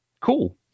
cool